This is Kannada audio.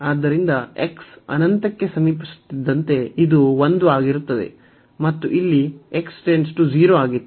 ಆದ್ದರಿಂದ x ಅನಂತಕ್ಕೆ ಸಮೀಪಿಸುತ್ತಿದ್ದಂತೆ ಇದು 1 ಆಗಿರುತ್ತದೆ ಮತ್ತು ಇಲ್ಲಿ ಆಗಿತ್ತು